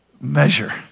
measure